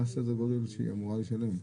מה סדר הגודל של מה שהיא אמורה לשלם?